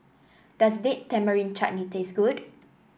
does Date Tamarind Chutney taste good